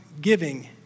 giving